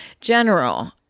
general